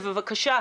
ובבקשה,